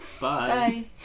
bye